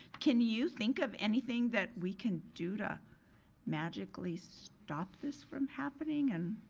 can you think of anything that we can do to magically stop this from happening? and,